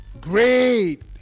great